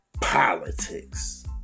politics